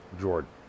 Jordan